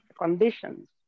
conditions